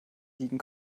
liegen